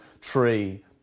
tree